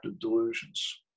delusions